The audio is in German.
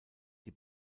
die